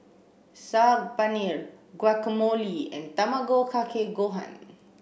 Saag Paneer Guacamole and Tamago Kake Gohan